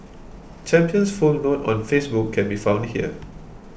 Champion's full note on Facebook can be found here